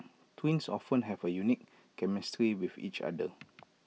twins often have A unique chemistry with each other